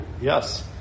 Yes